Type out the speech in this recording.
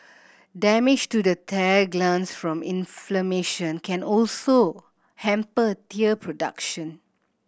damage to the tear glands from inflammation can also hamper tear production